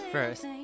First